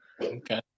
okay